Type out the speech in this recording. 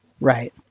Right